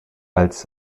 als